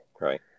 Right